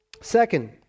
second